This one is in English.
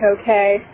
okay